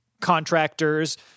contractors